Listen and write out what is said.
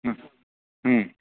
ಹ್ಞೂ ಹ್ಞೂ